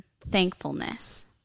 thankfulness